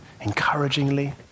encouragingly